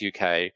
UK